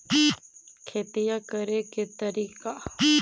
खेतिया करेके के तारिका?